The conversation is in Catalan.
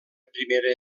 primera